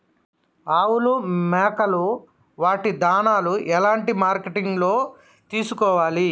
ఆవులు మేకలు వాటి దాణాలు ఎలాంటి మార్కెటింగ్ లో తీసుకోవాలి?